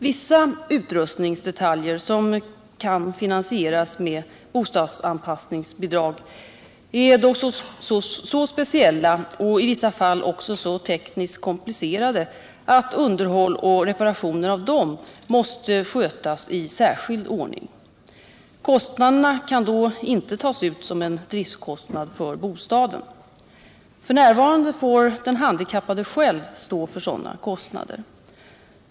Vissa utrustningsdetaljer, som kan finansieras med bostadsanpassningsbidrag, är dock så speciella och i vissa fall också så tekniskt komplicerade att underhåll och reparationer av dem måste skötas i särskild ordning. Kostnaderna kan då inte tas ut som driftkostnad för bostaden. F. n. får den handikappade själv stå för sådana kostnader.